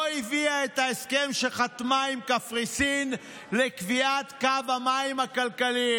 לא הביאה את ההסכם שחתמה עם קפריסין לקביעת קו המים הכלכליים,